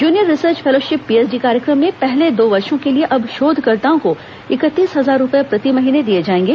junior research fellowship PhD कार्यक्रम में पहले दो वर्षों के लिए अब शोधकर्ताओं को इकतीस हजार रूपए प्रति महीने दिए जाएंगे